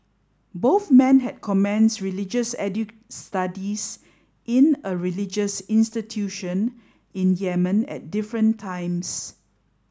both men had commenced religious studies in a religious institution in Yemen at different times